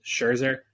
Scherzer